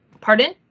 Pardon